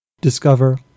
Discover